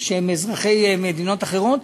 שהם אזרחי מדינות אחרות,